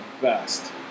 best